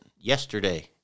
yesterday